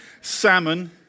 Salmon